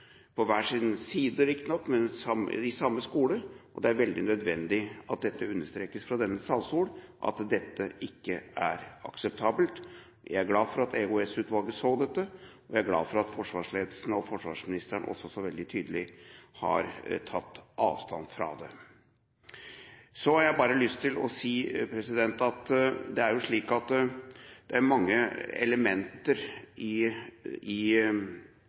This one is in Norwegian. på hver sin side, men i samme skole – og det er veldig nødvendig at det understrekes fra denne talerstol at dette ikke er akseptabelt. Jeg er glad for at EOS-utvalget så dette, og jeg er glad for at forsvarsledelsen og forsvarsministeren også så veldig tydelig har tatt avstand fra det. Så har jeg bare lyst til å si at det er mange elementer i PSTs arbeid som jo er tatt opp i